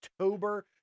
October